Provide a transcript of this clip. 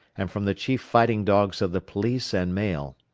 and from the chief fighting dogs of the police and mail,